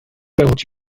built